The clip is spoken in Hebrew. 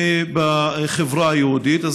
מבחברה היהודית.